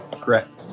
correct